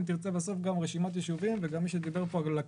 רשימת יישובים כפי שמישהו ציין פה,